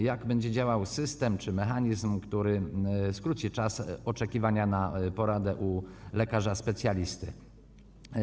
Jak będzie działał system czy mechanizm, który skróci czas oczekiwania na poradę u lekarza specjalisty?